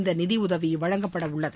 இந்த நிதியுதவி வழங்கப்பட உள்ளது